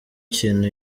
kintu